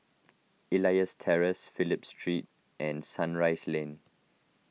Elias Terrace Phillip Street and Sunrise Lane